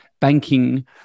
banking